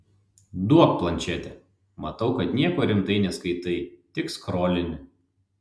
duok plančetę matau kad nieko rimtai neskaitai tik skrolini